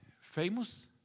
famous